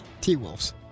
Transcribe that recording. T-Wolves